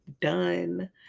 done